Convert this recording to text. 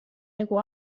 nagu